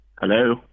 Hello